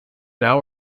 now